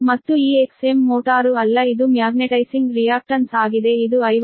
ಮತ್ತು ಈ Xm motor ಅಲ್ಲ ಇದು ಮ್ಯಾಗ್ನೆಟೈಸಿಂಗ್ ರಿಯಾಕ್ಟನ್ಸ್ ಆಗಿದೆ ಇದು 50 p